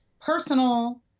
personal